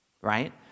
right